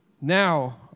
now